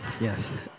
yes